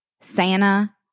Santa